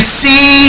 see